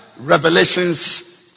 Revelations